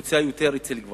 נפוצה יותר אצל גברים,